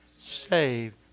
saved